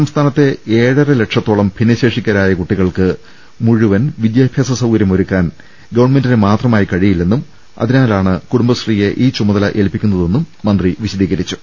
സംസ്ഥാനത്തെ ഏഴര ലക്ഷത്തോളം ഭിന്നശേഷിക്കാരായ കുട്ടികൾക്ക് മുഴു വൻ വിദ്യാഭ്യാസ സൌകര്യ മൊരുക്കാൻ ഗവൺമെന്റിന് മാത്രമായി കഴിയില്ലെന്നും അതിനാലാണ് കുടുംബശ്രീയെ ഈ ചുമതല ഏൽപ്പിക്കുന്നതെന്നും മന്ത്രി അറിയിച്ചു